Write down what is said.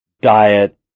Diet